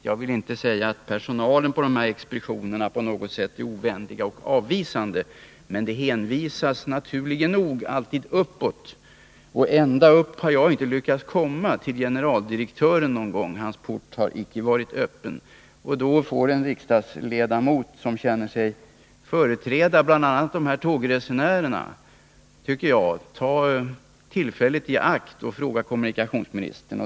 Jag vill inte säga att personalen på de här expeditionerna på något sätt är ovänlig och avvisande, men det hänvisas naturligt nog alltid uppåt, och ända upp har jag inte lyckats komma -— till generaldirektören. Hans port har icke varit öppen. Då får en riksdagsledamot, som känner sig företräda bl.a. de här tågresenärerna, ta tillfället i akt och fråga kommunikationsministern.